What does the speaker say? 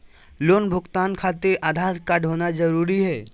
Loan भुगतान खातिर Aadhaar card होना जरूरी है?